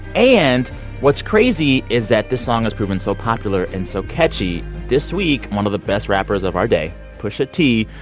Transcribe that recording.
and what's crazy is that this song has proven so popular and so catchy, this week, one of the best rappers of our day, pusha t,